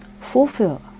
fulfill